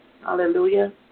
Hallelujah